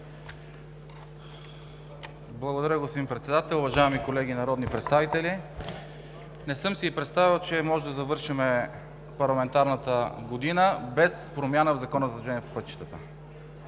Благодаря, господин Председател. Уважаеми колеги народни представители! Не съм си и представял, че може да завършим парламентарната година без поредната промяна в Закона за движението по пътищата.